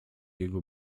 jego